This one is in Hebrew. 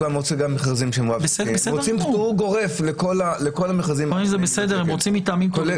הם רוצים פטור גורף --- בסדר גמור,